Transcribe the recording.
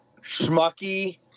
Schmucky